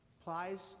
applies